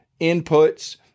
inputs